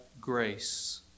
grace